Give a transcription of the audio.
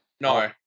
No